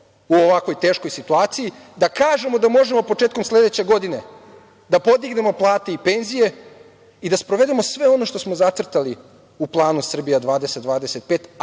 u ovakvoj teškoj situaciji, da kažemo da možemo početkom sledeće godine da podignemo plate i penzije i da sprovedemo sve ono što smo zacrtali u planu „Srbija 2025.“,